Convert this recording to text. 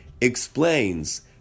explains